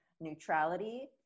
neutrality